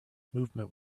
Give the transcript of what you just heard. movement